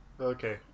Okay